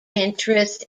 interest